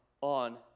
on